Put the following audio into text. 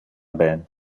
ben